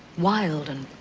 wild and